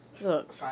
Look